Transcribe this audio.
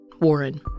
Warren